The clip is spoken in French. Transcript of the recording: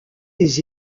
des